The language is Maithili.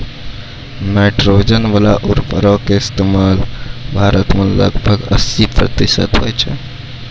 नाइट्रोजन बाला उर्वरको के इस्तेमाल भारत मे लगभग अस्सी प्रतिशत होय छै